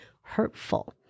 hurtful